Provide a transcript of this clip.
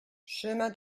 chemin